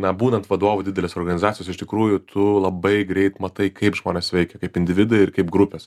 na būnant vadovu didelės organizacijos iš tikrųjų tu labai greit matai kaip žmonės veikia kaip individai ir kaip grupės